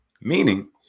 meaning